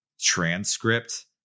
transcript